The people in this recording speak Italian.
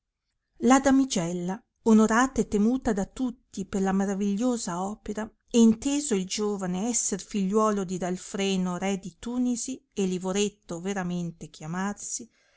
la damigella onorata e temuta da tutti per la maravigliosa opera e inteso il giovane esser figliuolo di dalfreno re di tunisi e livoretto veramente chiamarsi